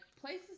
places